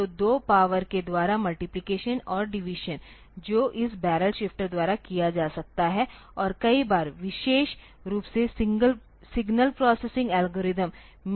तो 2 पावर के द्वारा मल्टिप्लिकेशन और डिवीज़न जो इस बैरल शिफ्टर द्वारा किया जा सकता है और कई बार विशेष रूप के सिग्नल प्रोसेसिंग एल्गोरिदम में